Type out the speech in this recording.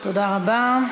תודה רבה.